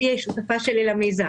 צביה היא שותפה שלי למיזם.